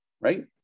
Right